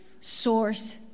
source